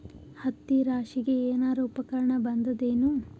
ಹತ್ತಿ ರಾಶಿಗಿ ಏನಾರು ಉಪಕರಣ ಬಂದದ ಏನು?